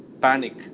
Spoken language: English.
panic